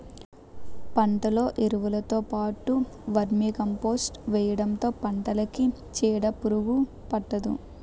పంటలో ఎరువులుతో పాటు వర్మీకంపోస్ట్ వేయడంతో పంటకి చీడపురుగు పట్టదు